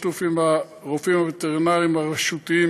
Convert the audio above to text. בשיתוף עם הרופאים הווטרינריים הרשותיים,